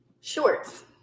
Shorts